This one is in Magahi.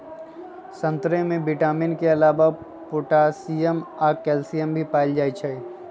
संतरे में विटामिन के अलावे पोटासियम आ कैल्सियम भी पाएल जाई छई